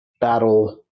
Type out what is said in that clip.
battle